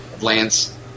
Lance